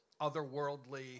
otherworldly